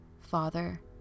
father